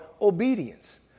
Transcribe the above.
obedience